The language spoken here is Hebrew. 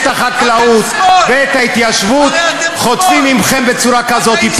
את החקלאות ואת ההתיישבות חוטפים מכם בצורה כזאת.